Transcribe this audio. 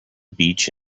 beach